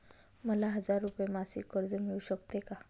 मला हजार रुपये मासिक कर्ज मिळू शकते का?